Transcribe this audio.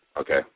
Okay